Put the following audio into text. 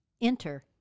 enter